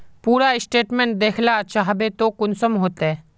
पूरा स्टेटमेंट देखला चाहबे तो कुंसम होते?